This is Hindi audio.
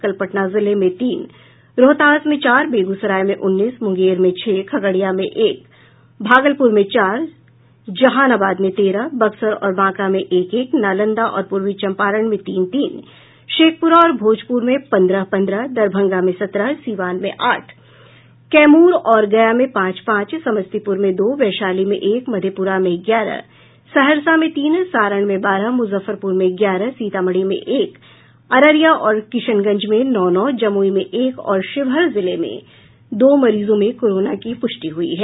कल पटना जिले में तीन रोहतास में चार बेगूसराय में उन्नीस मुंगेर में छह खगड़िया में एक भागलपुर में चार जहानाबाद में तेरह बक्सर और बांका में एक एक नालंदा और पूर्वी चंपारण में तीन तीन शेखपुरा और भोजपुर में पंद्रह पंद्रह दरभंगा में सत्रह सिवान में आठ कैमूर और गया में पांच पांच समस्तीपुर में दो वैशाली में एक मधेपुरा में ग्यारह सहरसा में तीन सारण में बारह मुजफ्फरपुर में ग्यारह सीतामढ़ी में एक अररिया और किशनगंज में नौ नौ जमुई में एक और शिवहर जिले में दो मरीजों में कोरोना की पुष्टि हुयी है